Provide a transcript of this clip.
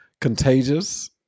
Contagious